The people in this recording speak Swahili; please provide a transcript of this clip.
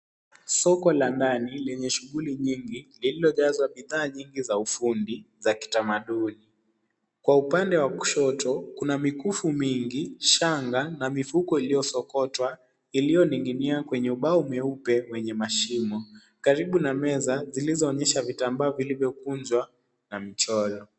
Soko la ndani lenye shughuli nyingi lililojazwa bidhaa nyingi za ufundi za kiutamaduni. Kwa upande wa kushoto, kuna mikufu mingi , shanga na mifuko iliyosokotwa , iliyoning'inia kwenye ubao mweupe wenye mashimo , karibu na meza zilizoonyesha vitambaa vilivyokunjwa na mchoro.